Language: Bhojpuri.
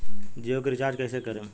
जियो के रीचार्ज कैसे करेम?